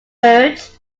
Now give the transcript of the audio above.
urged